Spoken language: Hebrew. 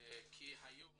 כי היום